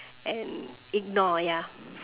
and ignore ya